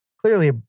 clearly